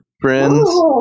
friends